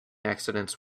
accidents